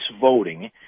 voting